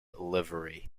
livery